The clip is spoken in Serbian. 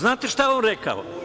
Znate šta je on rekao?